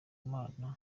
imana